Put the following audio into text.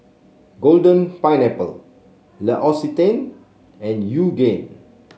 Golden Pineapple L'Occitane and Yoogane